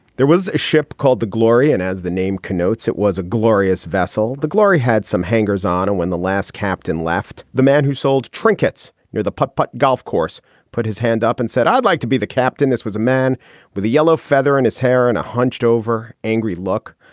there was a ship called the glory and as the name connotes, it was a glorious vessel. the glory had some hangers on and when the last captain left. the man who sold trinkets near the putt-putt golf course put his hand up and said, i'd like to be the captain. this was a man with a yellow feather in his hair and one hunched over angry look.